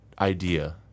idea